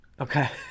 okay